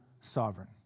sovereign